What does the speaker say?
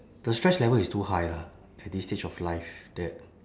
the stress level is too high lah at this stage of life that